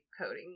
coding